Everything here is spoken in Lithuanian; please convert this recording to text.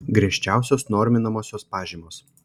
griežčiausios norminamosios pažymos